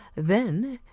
then,